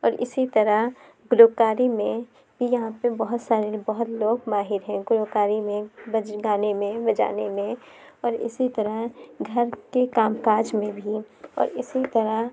اور اِسی طرح گلوکاری میں یہاں پہ بہت سارے لوگ بہت لوگ ماہر ہیں گلوکاری میں بجن گانے میں بجانے میں اور اِسی طرح گھر کے کام کاج میں بھی اور اِسی طرح